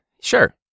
sure